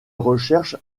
recherche